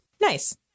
Nice